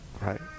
Right